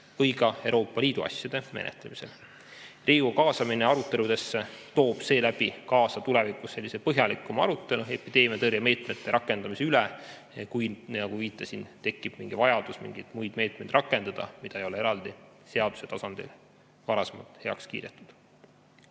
või ka Euroopa Liidu asjade menetlemisel. Riigikogu kaasamine aruteludesse toob seeläbi tulevikus kaasa sellise põhjalikuma arutelu epideemiatõrje meetmete rakendamise üle, kui, nagu ma viitasin, tekib mingi vajadus mingeid muid meetmeid rakendada, mida ei ole eraldi seaduse tasandil varasemalt heaks kiidetud.